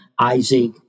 Isaac